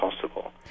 possible